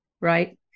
right